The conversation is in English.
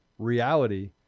Reality